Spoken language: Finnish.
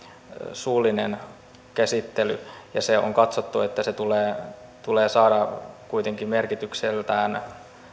suullinen käsittely ja on katsottu että se tulee tulee saada kuitenkin merkitykseltään